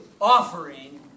offering